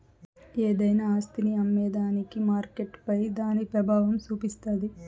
ఏదైనా ఆస్తిని అమ్మేదానికి మార్కెట్పై దాని పెబావం సూపిస్తాది